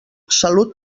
salut